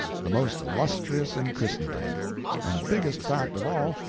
the most illustrious in christendom and biggest fact of all,